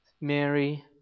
Mary